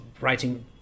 writing